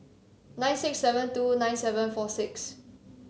nine six seven two nine seven four six